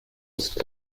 ist